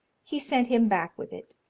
he sent him back with it.